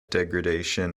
degradation